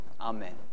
Amen